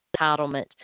entitlement